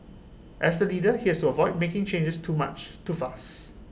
as the leader he has to avoid making changes too much too fast